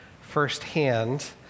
firsthand